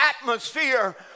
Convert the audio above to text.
atmosphere